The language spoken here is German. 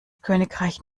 königreich